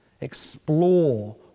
Explore